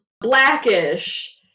Blackish